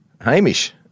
Hamish